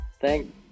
thank